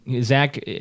Zach